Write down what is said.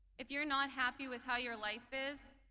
if you're not happy with how your life is,